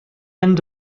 end